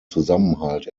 zusammenhalt